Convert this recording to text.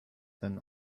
than